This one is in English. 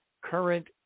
current